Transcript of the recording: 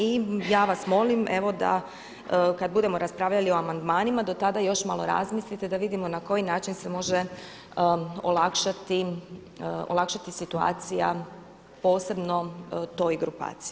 I ja vas molim evo da kad budemo raspravljali o amandmanima do tada još malo razmislite da vidimo na koji način se može olakšati situacija posebno toj grupaciji.